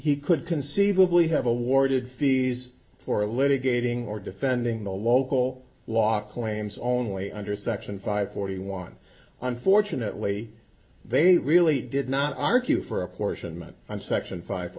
he could conceivably have awarded fees for litigating or defending the local law claims only under section five forty one unfortunately they really did not argue for apportionment and section five